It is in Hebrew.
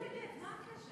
שייתן את הגט, מה הקשר?